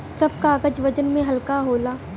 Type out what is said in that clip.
सब कागज वजन में हल्का होला